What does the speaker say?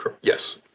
Yes